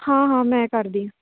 ਹਾਂ ਹਾਂ ਮੈਂ ਕਰਦੀ